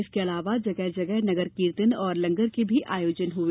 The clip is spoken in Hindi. इसके अलावा जगह जगह नगर कीर्तन और लंगर को भी आयोजन हुए